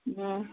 ம்